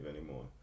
anymore